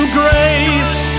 grace